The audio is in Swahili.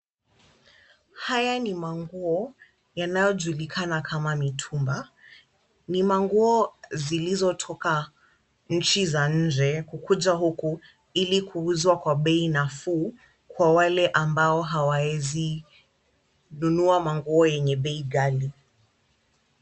Haya ni manguo yanayojulikana kama mitumba, ni manguo zilizotoka nchi za nje kukuja huku ili kuuzwa kwa bei nafuu kwa wale ambao hawawezi nunua manguo yenye bei ghali.